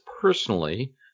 personally